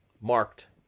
marked